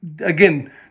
again